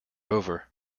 over